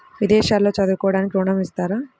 విదేశాల్లో చదువుకోవడానికి ఋణం ఇస్తారా?